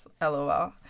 lol